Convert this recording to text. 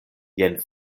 jen